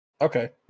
Okay